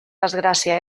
desgràcia